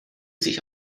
sich